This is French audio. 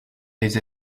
des